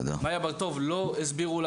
למאיה ברטוב לא הסבירו,